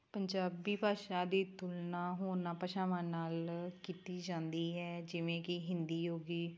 ਪੰਜਾਬੀ ਭਾਸ਼ਾ ਦੀ ਤੁਲਨਾ ਹੋਰਨਾਂ ਭਾਸ਼ਾਵਾਂ ਨਾਲ ਕੀਤੀ ਜਾਂਦੀ ਹੈ ਜਿਵੇਂ ਕਿ ਹਿੰਦੀ ਹੋ ਗਈ